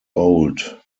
old